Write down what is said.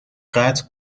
قطع